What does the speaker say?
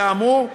כאמור,